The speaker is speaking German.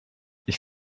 ich